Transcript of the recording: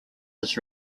his